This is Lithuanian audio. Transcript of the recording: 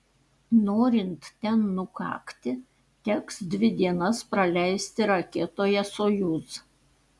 norint ten nukakti teks dvi dienas praleisti raketoje sojuz